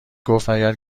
گفتاگر